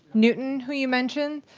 newton who you mentioned,